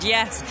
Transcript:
Yes